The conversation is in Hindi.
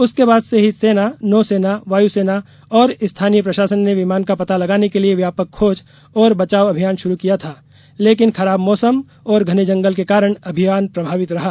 उसके बाद से ही सेना नौसेना वायुसेना और स्थानीय प्रशासन ने विमान का पता लगाने के लिये व्यापक खोज और बचाव अभियान शुरू किया था लेकिन खराब मौसम और घने जंगल के कारण अभियान प्रभावित रहा